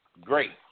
Great